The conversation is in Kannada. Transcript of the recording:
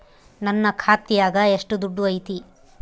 ನನ್ನ ಖಾತ್ಯಾಗ ಎಷ್ಟು ದುಡ್ಡು ಐತಿ?